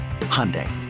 Hyundai